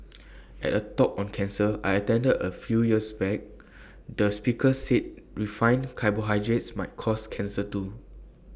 at A talk on cancer I attended A few years back the speaker said refined carbohydrates might cause cancer too